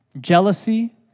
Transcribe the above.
jealousy